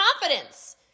confidence